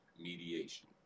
mediation